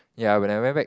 ya when I went back